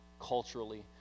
culturally